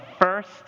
first